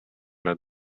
nad